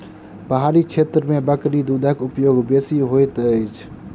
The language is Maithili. पहाड़ी क्षेत्र में बकरी दूधक उपयोग बेसी होइत अछि